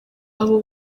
abo